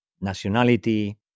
nationality